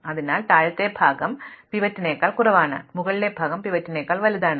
അതിനാൽ താഴത്തെ ഭാഗം പിവറ്റിനേക്കാൾ കുറവാണ് മുകളിലെ ഭാഗം പിവറ്റിനേക്കാൾ വലുതാണ്